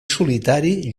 solitari